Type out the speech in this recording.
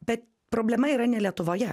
bet problema yra ne lietuvoje